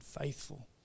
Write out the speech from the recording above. faithful